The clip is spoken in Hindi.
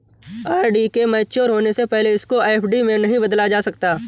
आर.डी के मेच्योर होने से पहले इसको एफ.डी में नहीं बदला जा सकता